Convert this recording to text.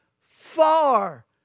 far